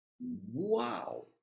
Wow